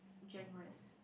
genres